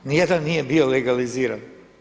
Ni jedan nije bio legaliziran.